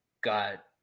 Got